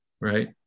right